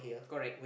correct